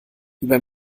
über